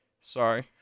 Sorry